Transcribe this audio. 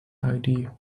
idea